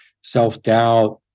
self-doubt